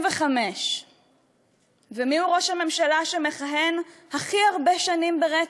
25. ומיהו ראש הממשלה שמכהן הכי הרבה שנים ברצף?